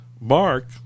Mark